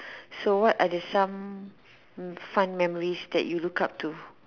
so what are the some fun memories that you look up to